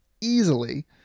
easily